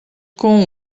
com